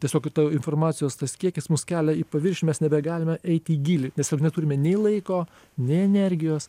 tiesiog informacijos tas kiekis mus kelia į paviršių mes nebegalime eiti į gylį nes ir neturime nei laiko nei energijos